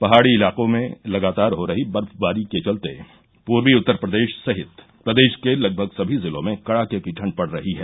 पहाड़ी इलाकों में लगातार हो रही बर्फबारी के चलते पूर्वी उत्तर प्रदेश सहित प्रदेश के लगभग सभी जिलों में कड़ाके की ठंड पड़ रही है